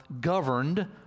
governed